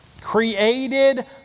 created